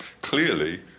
clearly